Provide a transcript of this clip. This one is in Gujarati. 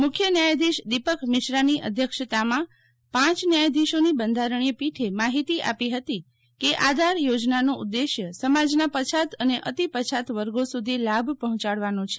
મુખ્ય ન્યાયાધીશ દીપક મિશ્રાની અધ્યક્ષતામાં પાંચ ન્યાયાધીશોની બંધારજીય પીઠે વ્યવસ્થા આપી હતી કે આધાર યોજનાનો ઉદ્દેશ્ય સમાજના પછાત અને અતિપછાત વર્ગો સુધી લાભ પહોંચાડવાનો છે